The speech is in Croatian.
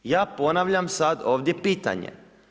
Ja ponavljam sad ovdje pitanje.